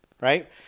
right